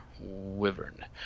Wyvern